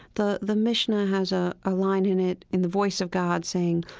the the mishnah has a ah line in it in the voice of god saying,